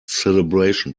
celebration